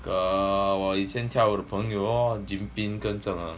err 我以前跳的朋友 lor jin ting 跟 zheng er